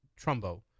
Trumbo